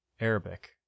arabic